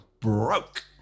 broke